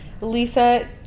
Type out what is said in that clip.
lisa